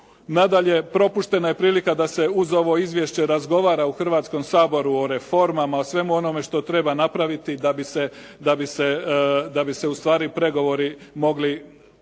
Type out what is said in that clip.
Nadalje, propuštena je prilika da se uz ovo izvješće razgovara u Hrvatskom saboru o reformama, o svemu onome što treba napraviti da bi se u stvari pregovori mogli i